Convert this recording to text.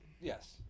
yes